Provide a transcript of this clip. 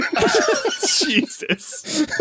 jesus